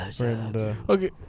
Okay